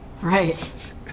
Right